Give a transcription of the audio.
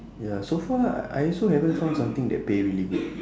ya so far I also haven't found something that pay really good